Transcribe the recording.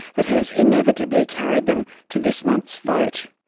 that has inevitably carried them to this month's vote.